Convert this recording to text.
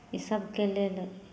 इसभके लेल